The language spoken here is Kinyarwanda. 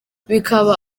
bikaba